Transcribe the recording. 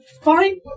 fine